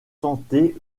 sentez